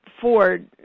Ford